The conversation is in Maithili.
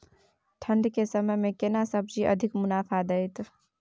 ठंढ के समय मे केना सब्जी अधिक मुनाफा दैत?